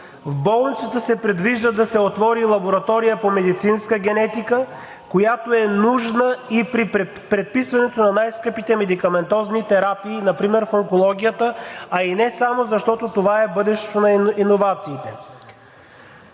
В болницата се предвижда да се отвори лаборатория по медицинска генетика, която е нужна и при предписването на най скъпите медикаментозни терапии, например в онкологията, а и не само – защото това е бъдещето на иновациите.